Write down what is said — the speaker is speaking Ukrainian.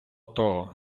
того